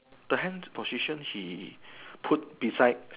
the hand position he put beside